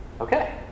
Okay